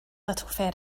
little